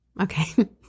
Okay